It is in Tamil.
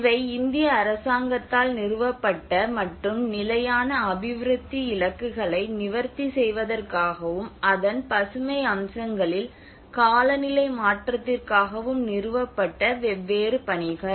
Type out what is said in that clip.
இவை இந்திய அரசாங்கத்தால் நிறுவப்பட்ட மற்றும் நிலையான அபிவிருத்தி இலக்குகளை நிவர்த்தி செய்வதற்காகவும் அதன் பசுமை அம்சங்களில் காலநிலை மாற்றத்திற்காகவும் நிறுவப்பட்ட வெவ்வேறு பணிகள்